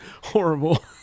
horrible